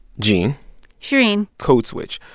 gene shereen code switch.